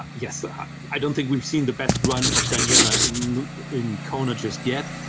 yeah so i don't think we've seen the best run of daniella in in kona just yet.